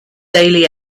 daily